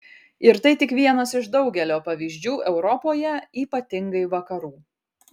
ir tai tik vienas iš daugelio pavyzdžių europoje ypatingai vakarų